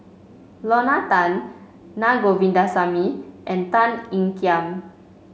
Lorna Tan Naa Govindasamy and Tan Ean Kiam